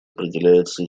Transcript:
определяется